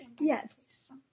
Yes